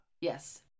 Yes